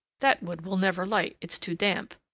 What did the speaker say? that wood will never light, it's too damp.